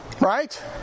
Right